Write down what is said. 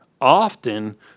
often